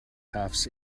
cuffs